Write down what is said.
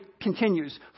continues